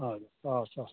हवस् हवस्